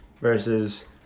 versus